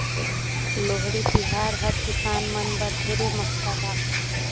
लोहड़ी तिहार हर किसान मन बर ढेरे महत्ता राखथे